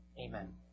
Amen